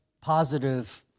positive